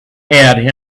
had